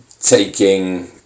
taking